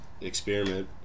experiment